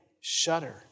shudder